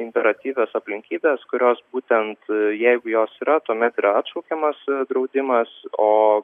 imperatyvios aplinkybės kurios būtent jeigu jos yra tuomet yra atšaukiamas draudimas o